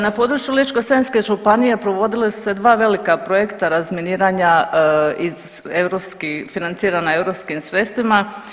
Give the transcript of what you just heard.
Na području Ličko-senjske županije dogodila su se dva velika projekta razminiranja financirana europskim sredstvima.